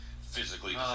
Physically